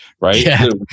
right